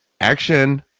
action